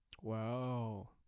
Wow